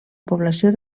població